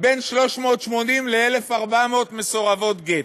בין 380 ל-1,400 מסורבות גט,